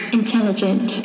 intelligent